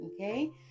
Okay